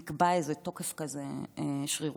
נקבע איזה תוקף כזה שרירותי.